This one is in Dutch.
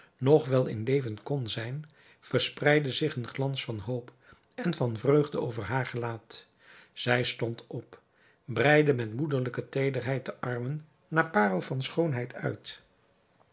nog wel in leven kon zijn verspreidde zich een glans van hoop en van vreugde over haar gelaat zij stond op breidde met moederlijke teederheid de armen naar parel van schoonheid uit